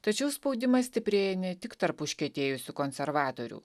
tačiau spaudimas stiprėja ne tik tarp užkietėjusių konservatorių